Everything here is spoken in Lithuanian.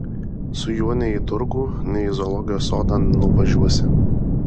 su juo nei į turgų nei į zoologijos sodą nuvažiuosi